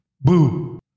Boo